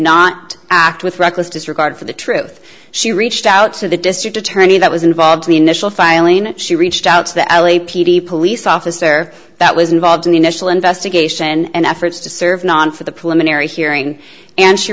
not act with reckless disregard for the truth she reached out to the district attorney that was involved in the initial filing she reached out to the l a p d police officer that was involved in the initial investigation and efforts to serve non for the policeman ery hearing and she